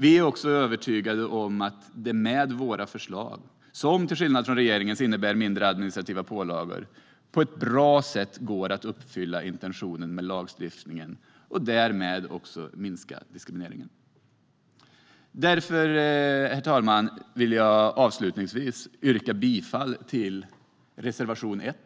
Vi är också övertygade om att det med våra förslag, som till skillnad från regeringens innebär färre administrativa pålagor, på ett bra sätt går att uppfylla intentionen med lagstiftningen och därmed minska diskrimineringen. Därför, herr talman, vill jag avslutningsvis yrka bifall till reservation 1,